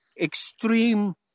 extreme